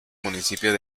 municipio